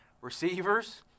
receivers